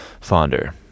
fonder